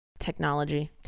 technology